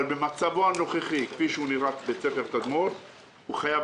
אבל במצבו הנוכחי בית הספר תדמור חייב